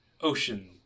Ocean